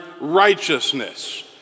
righteousness